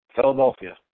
Philadelphia